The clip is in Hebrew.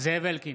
זאב אלקין,